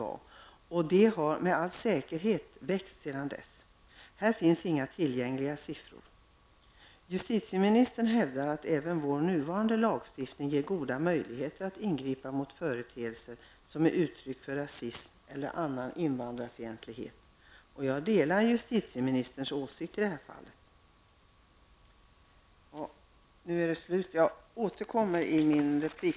Problemet har med all säkerhet växt sedan dess. Här finns inga tillgängliga siffror. Justitieministern hävdar att även vår nuvarande lagstiftningen ger goda möjligheter att ingripa mot företeelser som är uttryck för rasism eller annan invandrarfientlighet. Jag delar justitieministerns åsikt i det här fallet. Nu är min tid slut, och jag avser att återkomma i min replik.